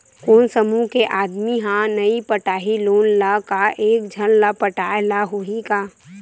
कोन समूह के आदमी हा नई पटाही लोन ला का एक झन ला पटाय ला होही का?